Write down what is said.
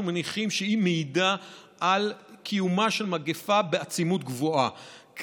מניחים שהיא מעידה על קיומה של מגפה בעצימות גבוהה,